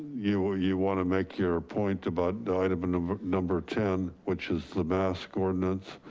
you ah you want to make your point about item number ten, which is the mask ordinance.